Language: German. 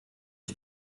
ich